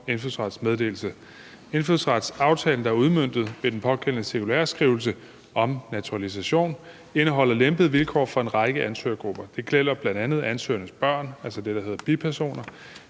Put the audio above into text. indfødsrets meddelelse. Indfødsretsaftalen, der er udmøntet i den pågældende cirkulæreskrivelse om naturalisation, indeholder lempede vilkår for en række ansøgergrupper. Det gælder bl.a. ansøgernes børn, altså det, der hedder bipersoner,